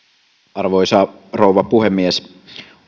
arvoisa rouva puhemies